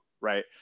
Right